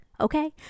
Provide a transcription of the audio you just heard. okay